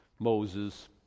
Moses